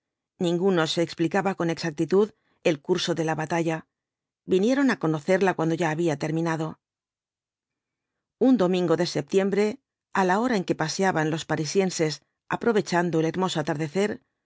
ninguno se explicaba con exactitud el curso de la batalla vinieron á conocerla cuando ya había terminado un domingo de septiembre á la hora en que paseaban los parisienses aprovechando el hermoso atardecer